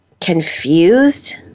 confused